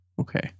okay